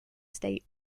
state